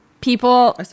people